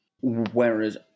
Whereas